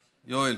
יואל,